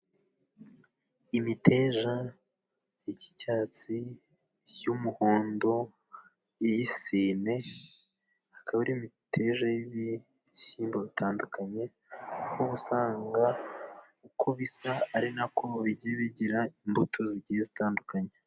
Imiteja iy'icyatsi，iy'umuhondo，iy’isine， hakaba hari imiteja y'ibishyimbo bitandukanye，aho usanga uko bisa，ari nako bijya bigira imbuto zigiye zitandukanye.